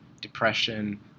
depression